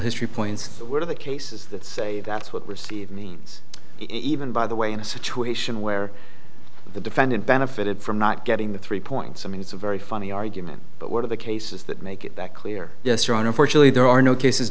history points to the cases that say that's what received means even by the way in a situation where the defendant benefited from not getting the three points i mean it's a very funny argument but one of the cases that make it that clear yes your honor fortunately there are no cases